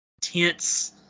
tense